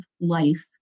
life